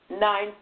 Nine